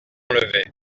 enlevés